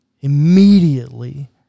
immediately